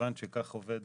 כיוון שכך עובד